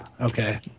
Okay